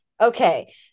Okay